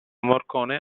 morcone